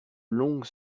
longues